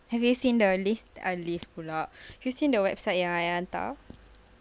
have you seen the list uh list pula have you seen the website yang I hantar